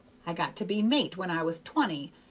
i got to be mate when i was twenty,